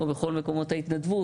כמו בכל מקומות ההתנדבות,